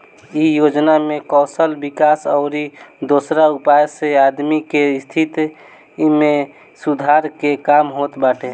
इ योजना में कौशल विकास अउरी दोसरा उपाय से आदमी के स्थिति में सुधार के काम होत बाटे